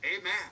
Amen